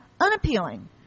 unappealing